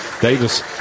Davis